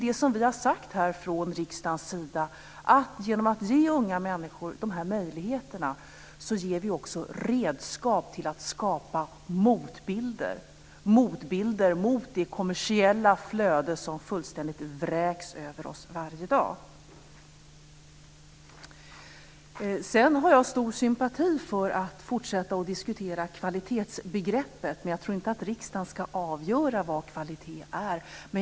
Från riksdagens sida har vi sagt att genom att ge unga människor de här möjligheterna ger vi dem också redskap till att skapa motbilder till det kommersiella flöde som formligen vräks över oss varje dag. Jag har stor sympati för att fortsätta att diskutera kvalitetsbegreppet, men jag tror inte att riksdagen ska avgöra vad kvalitet är.